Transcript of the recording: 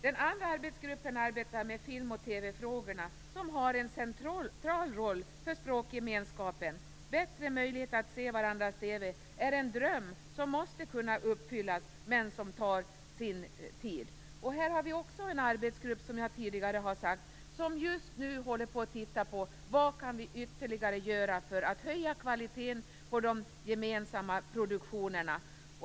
Den andra arbetsgruppen arbetar med film och TV frågorna, som har en central roll för språkgemenskapen. Bättre möjligheter att se varandras TV är en dröm som måste kunna uppfyllas men tar sin tid. Här har vi också en arbetsgrupp, som jag tidigare har sagt, som just nu håller på att titta på vad vi ytterligare kan göra för att höja kvaliteten på de gemensamma produktionerna.